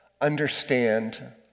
understand